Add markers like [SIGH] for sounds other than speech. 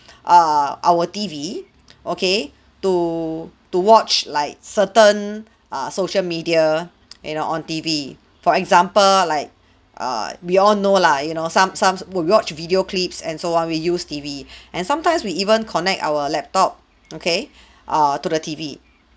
err our T_V [BREATH] okay to to watch like certain uh social media [NOISE] you know on T_V for example like [BREATH] err we all know lah you know some some would watch video clips and so what we use T_V [BREATH] and sometimes we even connect our laptop okay [BREATH] err to the T_V